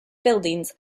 buildings